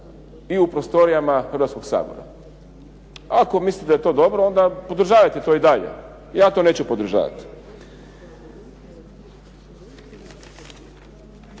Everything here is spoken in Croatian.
i u prostorijama Hrvatskoga sabora. Ako mislite da je to dobro, onda podržavajte to i dalje. Ja to neću podržavati.